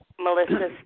Melissa